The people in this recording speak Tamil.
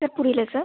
சார் புரியலை சார்